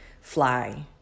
fly